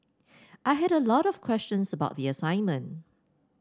I had a lot of questions about the assignment